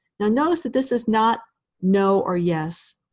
now, notice that this is not no or yes,